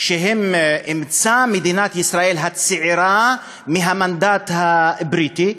אימצה מדינת ישראל הצעירה את התקנות האלה מהמנדט הבריטי.